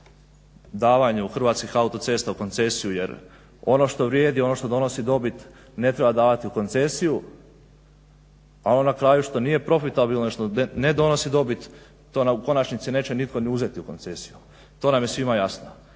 davanju Hrvatskih autocesta u koncesiju jer ono što vrijedi, ono što donosi dobit ne treba davati u koncesiju, a ono na kraju što nije profitabilno i što ne donosi dobit to nam u konačnici neće nitko ni uzeti u koncesiju, to nam je svima jasno.